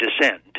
descend